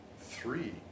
Three